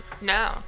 No